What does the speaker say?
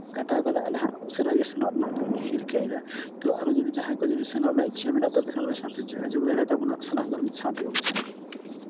ᱠᱟᱴᱟᱣ ᱠᱟᱛᱮ ᱟᱞᱮ ᱦᱟᱸᱜ ᱩᱥᱟᱹᱨᱟᱜᱮ ᱥᱮᱱᱚᱜ ᱨᱮᱱᱟᱜᱞᱮ ᱨᱤᱠᱟᱹᱭᱮᱫᱟ ᱛᱚᱵᱮ ᱟᱨᱚ ᱡᱩᱫᱤ ᱡᱟᱦᱟᱸᱭ ᱠᱚ ᱡᱩᱫᱤ ᱥᱮᱱᱚᱜ ᱨᱮᱱᱟᱜ ᱤᱪᱪᱷᱟᱹ ᱢᱮᱱᱟᱜ ᱛᱟᱯᱮ ᱠᱷᱟᱱ ᱟᱞᱮ ᱥᱟᱝ ᱯᱮ ᱡᱳᱜᱟᱡᱳᱜᱽ ᱫᱟᱲᱮᱭᱟᱛᱟᱵᱚᱱᱟ ᱥᱟᱱᱟᱢ ᱠᱚ ᱢᱤᱫ ᱥᱟᱝ ᱛᱮᱵᱚᱱ ᱥᱮᱱᱚᱜᱼᱟ